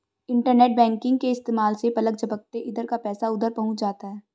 internet banking के इस्तेमाल से पलक झपकते इधर का पैसा उधर पहुँच जाता है